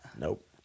Nope